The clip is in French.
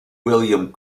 william